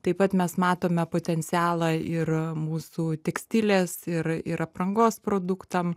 taip pat mes matome potencialą ir mūsų tekstilės ir ir aprangos produktam